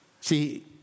See